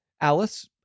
Alice